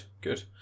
Good